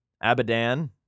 Abadan